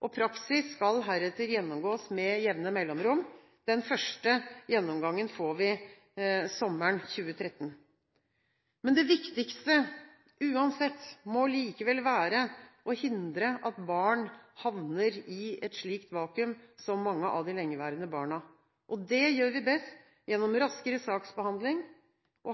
det. Praksis skal heretter gjennomgås med jevne mellomrom. Den første gjennomgangen får vi sommeren 2013. Men det viktigste – uansett – må likevel være å hindre at barn havner i et slikt vakuum, som mange av de lengeværende barna gjør. Det gjør vi best gjennom raskere saksbehandling,